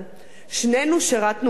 שנינו שירתנו בצבא.